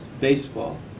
baseball